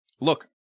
look